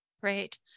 Great